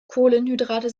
kohlenhydrate